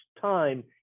time